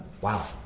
wow